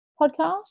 podcast